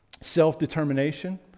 Self-determination